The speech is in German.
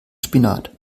spinat